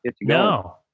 No